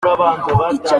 icyo